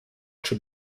czy